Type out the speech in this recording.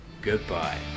Goodbye